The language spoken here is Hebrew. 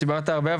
דיברת הרבה,